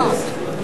באמת,